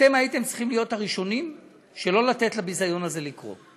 אתם הייתם צריכים להיות הראשונים שלא לתת לביזיון הזה לקרות.